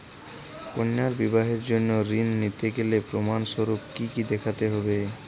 কন্যার বিবাহের জন্য ঋণ নিতে গেলে প্রমাণ স্বরূপ কী কী দেখাতে হবে?